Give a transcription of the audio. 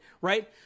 right